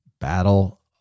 Battle